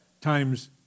times